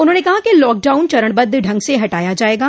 उन्होंने कहा कि लॉकडाउन चरणबद्ध ढंग से हटाया जायेगा